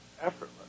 Effortless